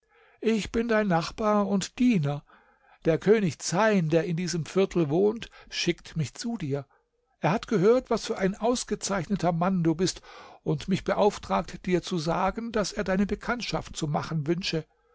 ich bin dein nachbar und diener der könig zeyn der in diesem viertel wohnt schickt mich zu dir er hat gehört was für ein ausgezeichneter mann du bist und mich beauftragt dir zu sagen daß er deine bekanntschaft zu machen wünsche